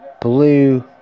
blue